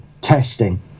testing